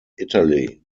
italy